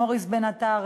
מוריס בן-עטר,